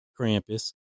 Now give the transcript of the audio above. Krampus